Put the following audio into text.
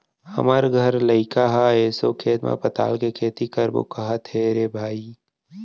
हमर घर लइका ह एसो खेत म पताल के खेती करबो कहत हे रे भई